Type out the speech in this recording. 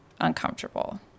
uncomfortable